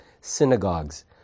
synagogues